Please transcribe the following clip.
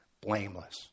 blameless